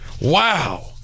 Wow